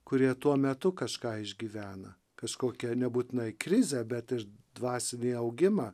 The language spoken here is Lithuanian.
kurie tuo metu kažką išgyvena kažkokią nebūtinai krizę bet ir dvasinį augimą